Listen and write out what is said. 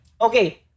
Okay